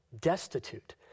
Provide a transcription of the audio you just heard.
destitute